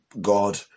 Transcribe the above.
God